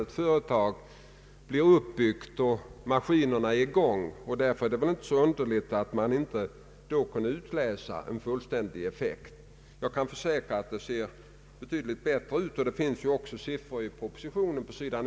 Det framgår av ERU:s undersökning att människor, när de tillfrågas om vad de önskar av tillvaron, vill ha en viss service, och att den verkliga glesbygden inte kommer att kunna motsvara människornas önskemål.